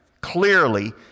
Clearly